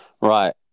right